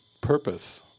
purpose